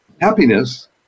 happiness